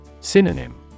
Synonym